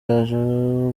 yaje